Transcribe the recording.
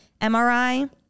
MRI